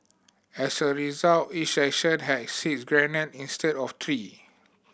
as a result each section had six grenade instead of three